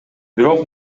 бирок